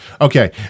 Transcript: Okay